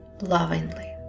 lovingly